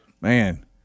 Man